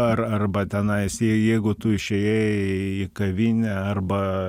ar arba tenais jei jeigu tu išėjai į kavinę arba